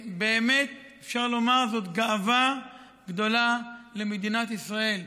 באמת אפשר לומר שזאת גאווה גדולה למדינת ישראל.